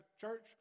church